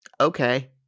Okay